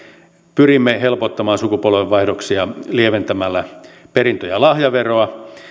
pyrimme helpottamaan sukupolvenvaihdoksia lieventämällä perintö ja lahjaveroa